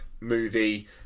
movie